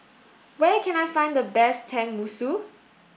where can I find the best Tenmusu